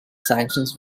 sanctions